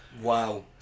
Wow